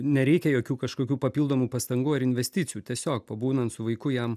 nereikia jokių kažkokių papildomų pastangų ar investicijų tiesiog pabūnant su vaiku jam